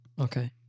okay